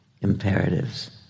imperatives